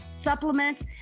supplements